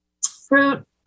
fruit